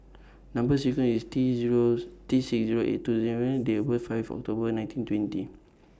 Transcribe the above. Number sequence IS T zeros T six eight two seven Date birth five October nineteen twenty